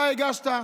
אתה הגשת.